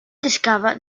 discovered